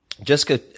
Jessica